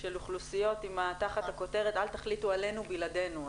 של אוכלוסיות תחת הכותרת 'אל תחליטו עלינו בלעדינו'.